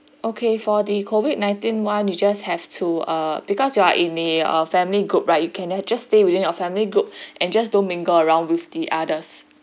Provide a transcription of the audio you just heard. okay for the COVID-nineteen [one] you just have to err because you are in the family group right you can just stay within your family groups and just don't mingle around with the others